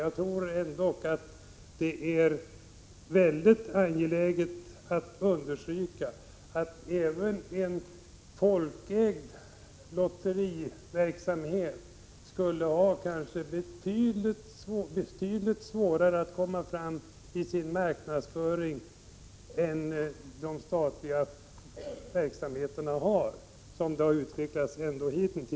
Jag tror ändock att det är mycket angeläget att understryka att även en folkägd lotteriverksamhet skulle ha betydligt svårare att nå fram med sin marknadsföring än de statliga verksamheterna har, som det har utvecklats hittills.